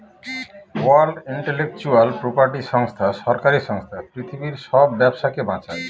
world intellectual property সংস্থা সরকারি সংস্থা পৃথিবীর সব ব্যবসাকে বাঁচায়